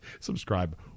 Subscribe